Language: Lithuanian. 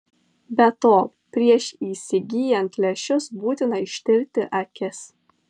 be to prieš įsigyjant lęšius būtina ištirti akis